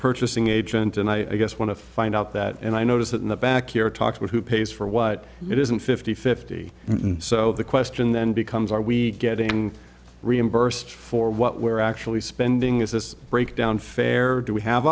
purchasing agent and i guess want to find out that and i notice that in the back here talk about who pays for what it isn't fifty fifty so the question then becomes are we getting reimbursed for what we're actually spending is this breakdown fair do we have